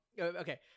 Okay